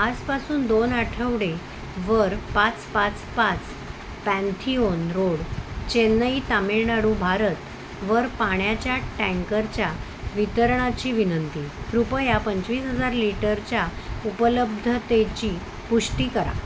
आसपासून दोन आठवडे वर पाच पाच पाच पॅन्थिओन रोड चेन्नई तामिळनाडू भारतवर पाण्याच्या टँकरच्या वितरणाची विनंती कृपया पंचवीस हजार लिटरच्या उपलब्धतेची पुष्टी करा